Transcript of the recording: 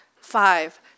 Five